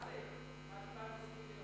על מה קיבלנו 20 מיליון?